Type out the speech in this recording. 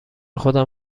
خودم